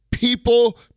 People